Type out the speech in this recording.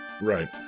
Right